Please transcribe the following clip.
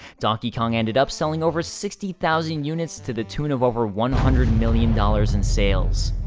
donkey kong ended up selling over sixty thousand units to the tune of over one hundred million dollars in sales.